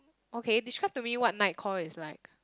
okay describe to me what Mike-Kor is like